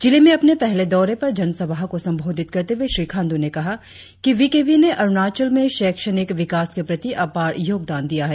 जिले में अपने पहले दौरे पर जनसभा को संबोधित करते हुए श्री खांडू ने कहा कि वी के वी ने अरुणाचल में शैक्षणिक विकास के प्रति अपार योगदान दिया है